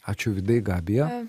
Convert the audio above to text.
ačiū vydai gabija